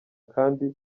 kandi